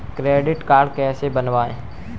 Credit card कैसे बनवाएँ?